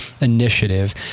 initiative